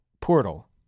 portal